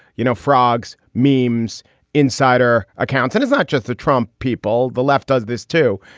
you know, frogs, meemaw's insider accounts. and it's not just the trump people. the left does this, too,